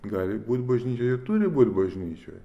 gali būt bažnyčioj ir turi būt bažnyčioj